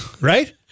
Right